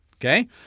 Okay